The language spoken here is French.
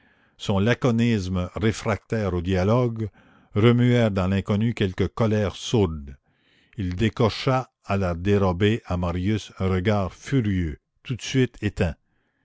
son laconisme réfractaire au dialogue remuèrent dans l'inconnu quelque colère sourde il décocha à la dérobée à marius un regard furieux tout de suite éteint